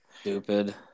stupid